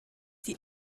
die